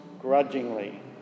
grudgingly